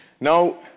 Now